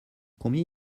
combien